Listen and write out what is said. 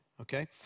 Okay